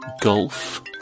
golf